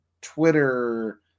twitter